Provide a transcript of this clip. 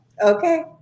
Okay